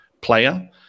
player